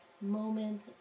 moment